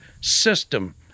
system